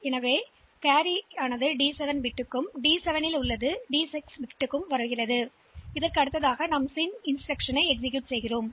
எனவே கேரியை டி 7 க்குள் கொண்டு வாருங்கள் இந்த பிட் மாறுகிறது மற்றும் டி 6 1 ஆகிறது பின்னர் சிம் அறிமுகத்தை உண்டாக்குகிறோம்